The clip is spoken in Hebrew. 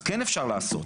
אז כן אפשר לעשות.